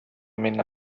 minna